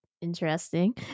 interesting